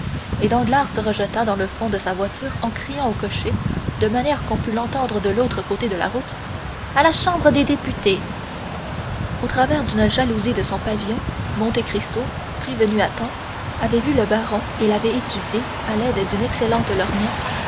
et danglars se rejeta dans le fond de sa voiture en criant au cocher de manière qu'on pût l'entendre de l'autre côté de la route à la chambre des députés au travers d'une jalousie de son pavillon monte cristo prévenu à temps avait vu le baron et l'avait étudié à l'aide d'une excellente lorgnette